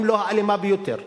אם לא האלימה ביותר.